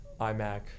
iMac